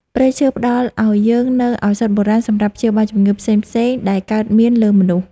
ព្រៃឈើផ្តល់ឱ្យយើងនូវឱសថបុរាណសម្រាប់ព្យាបាលជំងឺផ្សេងៗដែលកើតមានលើមនុស្ស។